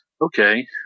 okay